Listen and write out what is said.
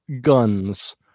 guns